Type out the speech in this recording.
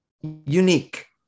unique